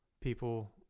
people